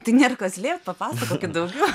tai nėr ką slėpt papasakokit daugiau